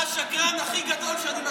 מנסור, אתה השקרן הכי גדול שאני מכיר בכנסת.